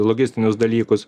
logistinius dalykus